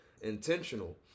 intentional